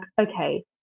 okay